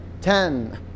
ten